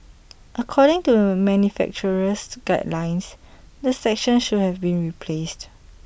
according to the manufacturer's guidelines the section should have been replaced